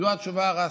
זו התשובה הרשמית.